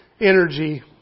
energy